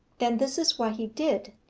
then this is what he did.